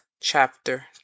chapter